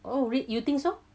oh really you think so